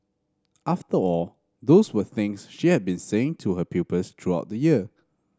after all those were things she had been saying to her pupils throughout the year